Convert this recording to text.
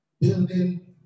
Building